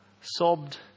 sobbed